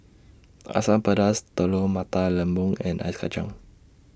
Asam Pedas Telur Mata Lembu and Ice Kachang